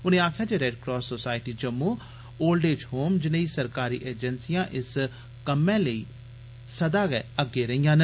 उनें आक्खेआ जे red cross Jammu old age home जनेही सरकारी एजेंसियां इस कम्मै लेई सदा गै अग्गें रेहईआं न